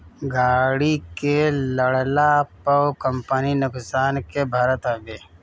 गाड़ी के लड़ला पअ कंपनी नुकसान के भरत हवे